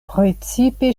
precipe